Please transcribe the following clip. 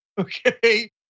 Okay